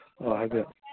ꯑꯣ ꯍꯥꯏꯕꯤꯌꯨ